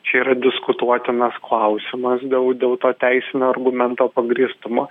čia yra diskutuotinas klausimas dėl dėl to teisinio argumento pagrįstumo